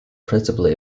principally